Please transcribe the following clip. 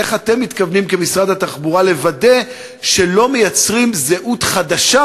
איך אתם מתכוונים כמשרד התחבורה לוודא שלא מייצרים זהות חדשה,